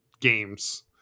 games